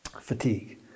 Fatigue